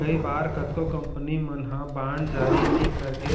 कई बार कतको कंपनी मन ह बांड जारी नइ करके